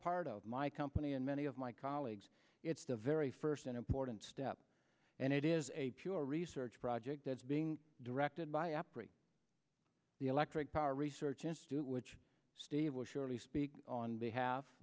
part of my company and many of my colleagues it's the very first important step and it is a pure research project that's being directed by operate the electric power research institute which steve will surely speak on behalf